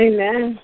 Amen